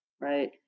right